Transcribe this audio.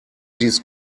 these